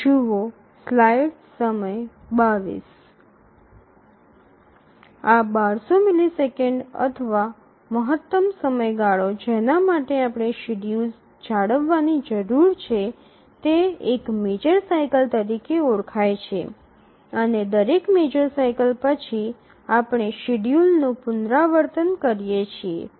આ ૧૨00 મિલિસેકન્ડ અથવા મહત્તમ સમયગાળો જેના માટે આપણે શેડ્યૂલ જાળવવાની જરૂર છે તે એક મેજર સાઇકલ તરીકે ઓળખાય છે અને દરેક મેજર સાઇકલ પછી આપણે શેડ્યૂલનું પુનરાવર્તન કરીએ છીએ